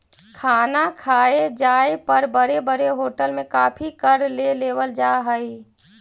खाना खाए जाए पर बड़े बड़े होटल में काफी कर ले लेवल जा हइ